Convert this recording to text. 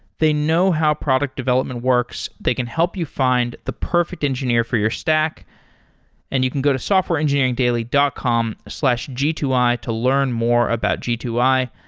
they know how product development works. they can help you find the perfect engineer for your stack and you can go to softwareengineeringdaily dot com slash g two i to learn more about g two i.